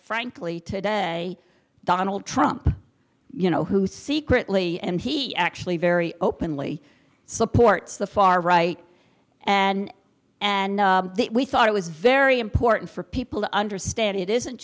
frankly today donald trump you know who secretly and he actually very openly supports the far right and and we thought it was very important for people to understand it isn't